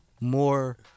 more